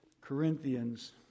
Corinthians